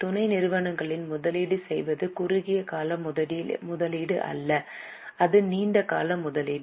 துணை நிறுவனங்களில் முதலீடு செய்வது குறுகிய கால முதலீடு அல்ல இது நீண்ட கால முதலீடு